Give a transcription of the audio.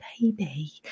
baby